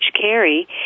carry